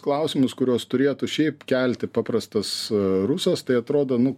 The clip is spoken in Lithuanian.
klausimus kuriuos turėtų šiaip kelti paprastas rusas tai atrodo nu